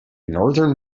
northern